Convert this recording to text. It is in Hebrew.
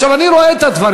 עכשיו, אני רואה את הדברים.